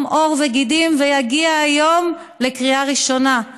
עור וגידים ויגיע היום לקריאה ראשונה.